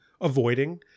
Avoiding